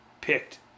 picked